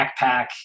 backpack